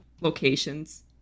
locations